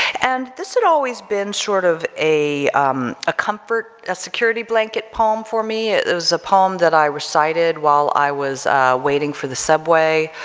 and this had always been sort of a a comfort, a security blanket poem for me, it was a poem that i recited while i was waiting for the subway,